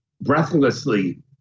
breathlessly